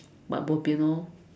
but bo pian lor